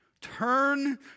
Turn